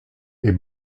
est